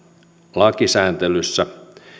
lakisääntelyssä